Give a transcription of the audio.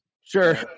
Sure